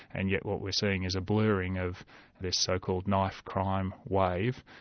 and yet what we're seeing is a blurring of this so-called knife crime wave,